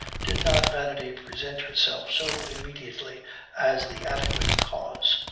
did not vanity present herself so immediately as the adequate cause.